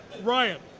Ryan